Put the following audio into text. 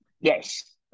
yes